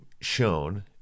shown